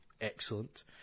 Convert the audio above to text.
excellent